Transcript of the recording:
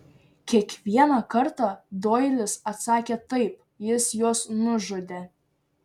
kiekvieną kartą doilis atsakė taip jis juos nužudė